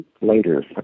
later